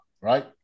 right